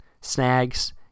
Snags